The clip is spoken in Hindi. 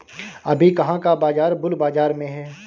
अभी कहाँ का बाजार बुल बाजार में है?